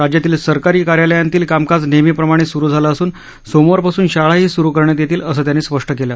राज्यातील सरकारी कार्यालयांतील कामकाज नेहमीप्रमाणे सुरू झालं असून सोमवारपासून शाळाही सुरू करण्यात येतील असं त्यांनी स्पष् केलं